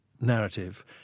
narrative